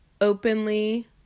openly